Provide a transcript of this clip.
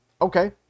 okay